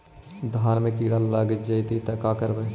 धान मे किड़ा लग जितै तब का करबइ?